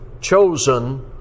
chosen